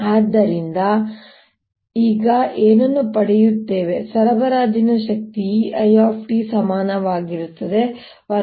ಆದ್ದರಿಂದ ನಾವು ಆಗ ಏನನ್ನು ಪಡೆಯುತ್ತೇವೆ ಸರಬರಾಜಿನ ಶಕ್ತಿಯು ϵIt ಸಮನಾಗಿರುತ್ತದೆ 12LdI2dtRI2